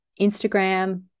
Instagram